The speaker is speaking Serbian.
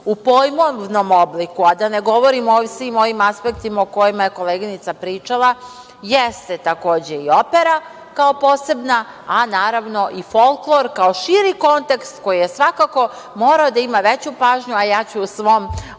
u pojmovnom obliku, a da ne govorim o svim ovim aspektima o kojima je koleginica pričala, jeste takođe i opera, kao posebna, a naravno i folklor, kao širi kontekst koji je svakako morao da ima veću pažnju, a ja ću u svom